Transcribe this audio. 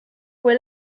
fue